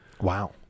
wow